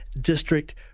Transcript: District